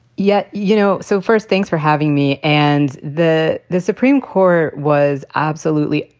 yeah, you know, so first, thanks for having me. and the the supreme court was absolutely,